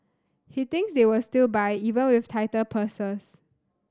he thinks they will still buy even with tighter purses